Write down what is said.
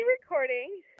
recording